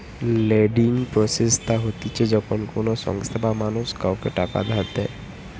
lending process তা হতিছে যখন কোনো সংস্থা বা মানুষ কাওকে টাকা ধার দেয়